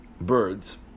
birds